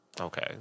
Okay